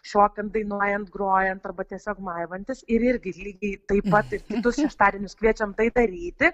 šokant dainuojant grojant arba tiesiog maivantis ir irgi lygiai taip pat ir kitus šeštadienius kviečiam tai daryti